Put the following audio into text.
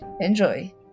enjoy